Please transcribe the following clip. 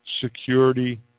security